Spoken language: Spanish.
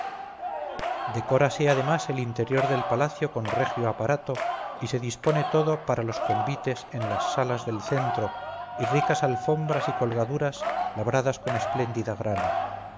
decórase además el interior del palacio con regio aparato y se dispone todo para los convites en las salas del centro y ricas alfombras y colgaduras labradas con espléndida grana